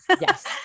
Yes